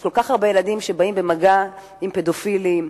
יש כל כך הרבה ילדים שבאים במגע עם פדופילים,